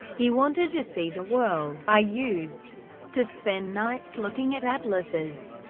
he wanted to see the world i used to spend nights looking at atlases.